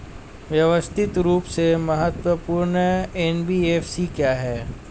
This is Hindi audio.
व्यवस्थित रूप से महत्वपूर्ण एन.बी.एफ.सी क्या हैं?